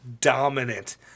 dominant